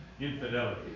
infidelity